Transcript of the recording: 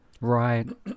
Right